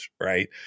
right